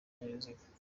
ibinyabiziga